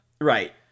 right